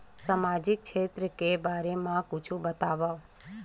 सामाजिक क्षेत्र के बारे मा कुछु बतावव?